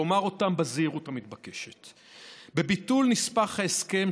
ואומר אותם בזהירות המתבקשת: בביטול נספח ההסכם,